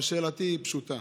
אבל שאלתי היא פשוטה: